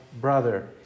brother